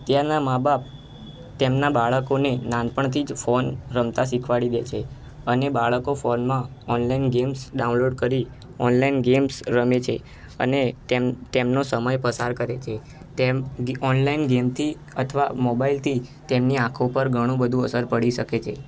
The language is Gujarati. અત્યારના મા બાપ તેમનાં બાળકોને નાનપણથી જ ફોન રમતા શીખવાડી દે છે અને બાળકો ફોનમાં ઓનલાઇન ગેમ્સ ડાઉનલોડ કરી ઓનલાઇન ગેમ્સ રમે છે અને તેમનો સમય પસાર કરે છે તેમ ઓનલાઇન ગેમથી અથવા મોબાઈલથી તેમની આંખો પર ઘણું બધું અસર પડી શકે છે